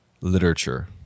literature